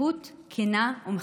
שותפות כנה ומכבדת.